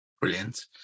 Brilliant